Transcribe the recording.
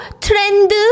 trend